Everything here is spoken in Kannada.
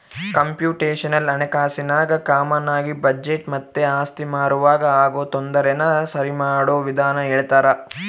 ಕಂಪ್ಯೂಟೇಶನಲ್ ಹಣಕಾಸಿನಾಗ ಕಾಮಾನಾಗಿ ಬಜೆಟ್ ಮತ್ತೆ ಆಸ್ತಿ ಮಾರುವಾಗ ಆಗೋ ತೊಂದರೆನ ಸರಿಮಾಡೋ ವಿಧಾನ ಹೇಳ್ತರ